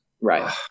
Right